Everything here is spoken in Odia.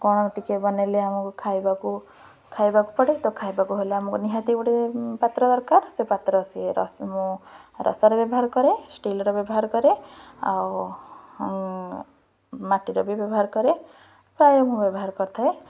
କ'ଣ ଟିକେ ବନାଇଲେ ଆମକୁ ଖାଇବାକୁ ଖାଇବାକୁ ପଡ଼େ ତ ଖାଇବାକୁ ହେଲେ ଆମକୁ ନିହାତି ଗୋଟେ ପାତ୍ର ଦରକାର ସେ ପାତ୍ର ସିଏ ରସରେ ବ୍ୟବହାର କରେ ଷ୍ଟିଲ୍ର ବ୍ୟବହାର କରେ ଆଉ ମାଟିର ବି ବ୍ୟବହାର କରେ ପ୍ରାୟ ମୁଁ ବ୍ୟବହାର କରିଥାଏ